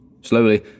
Slowly